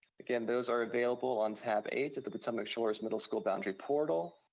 again, those are available on tab eight of the potomac shores middle school boundary portal,